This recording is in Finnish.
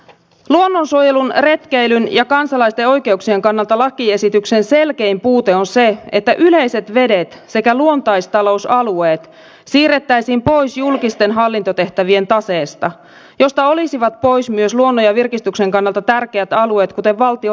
luonnonsuojelun retkeilyn ja kansalaisten oikeuksien kannalta lakiesityksen selkein puute on se että yleiset vedet sekä luontaistalousalueet siirrettäisiin pois julkisten hallintotehtävien taseesta josta olisivat pois myös luonnon ja virkistyksen kannalta tärkeät alueet kuten valtion retkeilyalueet